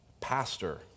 Pastor